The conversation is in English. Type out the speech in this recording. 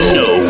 no